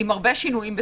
עם הרבה שינויים,